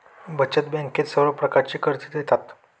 बचत बँकेत सर्व प्रकारची कर्जे देतात